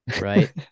Right